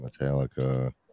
Metallica